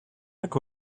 mac